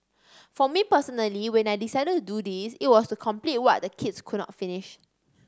for me personally when I decided to do this it was to complete what the kids could not finish